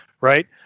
Right